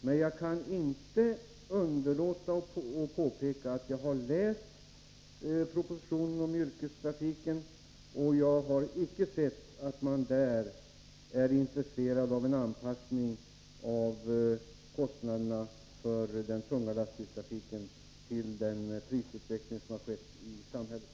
Jag kan emellertid inte underlåta att påpeka att jag har läst propositionen om yrkestrafiken och att jag icke sett att man där är intresserad av att anpassa kostnaderna för den tunga lastbilstrafiken till den prisutveckling som har skett i samhället.